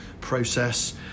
process